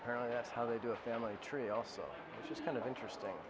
apparently that's how they do a family tree also just kind of interesting